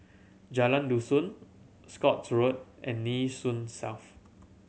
Jalan Dusun Scotts Road and Nee Soon South